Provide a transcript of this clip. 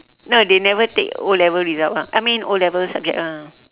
no they never take O-level result ah I mean O-level subject ah